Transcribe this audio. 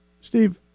Steve